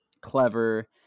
clever